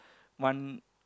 one